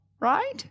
right